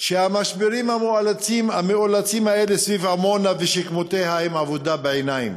שהמשברים המאולצים האלה סביב עמונה ושכמותה הם עבודה בעיניים,